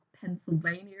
pennsylvania